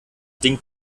ding